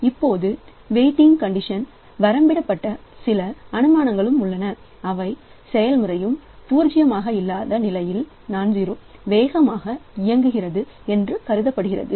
இப்போது waiting condition வரம்பிடப்பட்ட சில அனுமானங்களும் உள்ளன அவை ஒவ்வொரு செயல்முறையும் பூஜ்ஜியமாக இல்லாத நிலையில் வேகமாக இயங்குகிறது என்று கருதப்படுகிறது